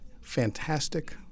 fantastic